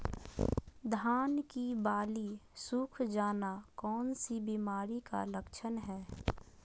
धान की बाली सुख जाना कौन सी बीमारी का लक्षण है?